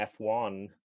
F1